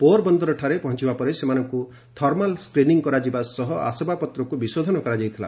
ପୋର ବନ୍ଦରଠାରେ ପହଞ୍ଚିବା ପରେ ସେମାନଙ୍କୁ ଥର୍ମାଲ ସ୍କ୍ରିନିଂ କରାଯିବା ସହ ଆସବାବପତ୍ରକୁ ବିଶୋଧନ କରାଯାଇଥିଲା